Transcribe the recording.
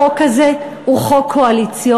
החוק הזה הוא חוק קואליציוני,